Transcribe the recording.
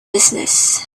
business